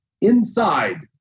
inside